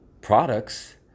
products